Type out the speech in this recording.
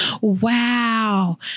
Wow